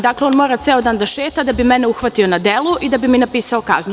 Dakle, on mora ceo dan da šeta da bi mene uhvatio na delu i da bi mi napisao kaznu.